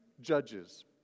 judges